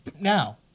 now